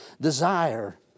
desire